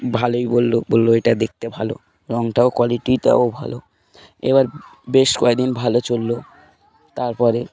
ভালোই বললো বললো এটা দেখতে ভালো রঙটাও কোয়ালিটিটাও ভালো এবার বেশ কয়েকদিন ভালো চললো তারপরে